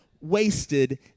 wasted